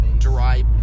Dry